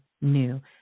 new